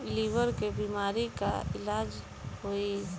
Liver के बीमारी के का इलाज होई?